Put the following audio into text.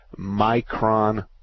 micron